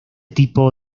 tipo